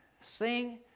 sing